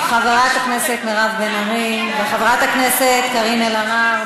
חברת הכנסת מירב בן ארי וחברת הכנסת קארין אלהרר,